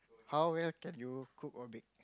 how well can you cook or bake